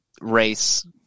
race